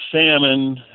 salmon